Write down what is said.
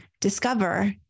discover